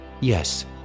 Yes